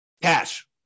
cash